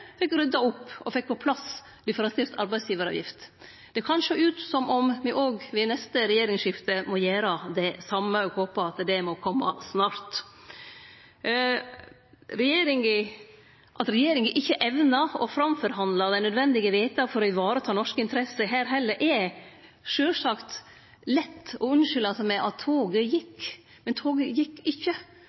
fekk rydda opp, og fekk på plass differensiert arbeidsgivaravgift. Det kan sjå ut som om me også ved neste regjeringsskifte må gjere det same, og eg håpar at det må kome snart. Når regjeringa ikkje evnar å forhandle fram dei nødvendige vedtaka for å vareta norske interesser her heller, er det sjølvsagt lett å unnskylde seg med at toget gjekk. Men toget gjekk ikkje